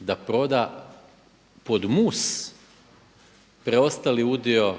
da proda pod mus preostali udio